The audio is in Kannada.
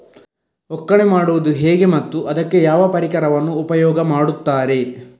ಒಕ್ಕಣೆ ಮಾಡುವುದು ಹೇಗೆ ಮತ್ತು ಅದಕ್ಕೆ ಯಾವ ಪರಿಕರವನ್ನು ಉಪಯೋಗ ಮಾಡುತ್ತಾರೆ?